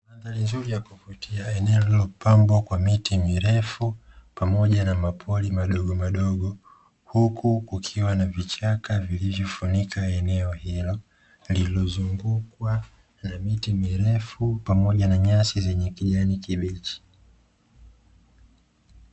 Mandhari nzuri ya kuvutia, eneo lililopambwa kwa miti mirefu pamoja na mapori madogomadogo, huku kukiwa na vichaka vilivyofunika eneo hilo lililozungukwa na miti mirefu pamoja na nyasi zenye kijani kibichi.